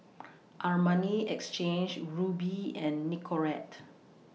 Armani Exchange Rubi and Nicorette